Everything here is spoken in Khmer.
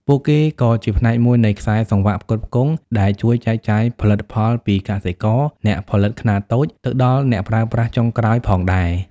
ពួកគេក៏ជាផ្នែកមួយនៃខ្សែសង្វាក់ផ្គត់ផ្គង់ ដែលជួយចែកចាយផលិតផលពីកសិករ អ្នកផលិតខ្នាតតូច ទៅដល់អ្នកប្រើប្រាស់ចុងក្រោយផងដែរ ។